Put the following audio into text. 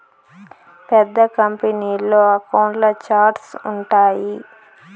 పెద్ద కంపెనీల్లో అకౌంట్ల ఛార్ట్స్ ఉంటాయి